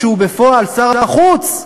שהוא בפועל שר החוץ,